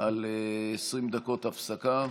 על 20 דקות הפסקה,